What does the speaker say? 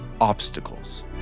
Obstacles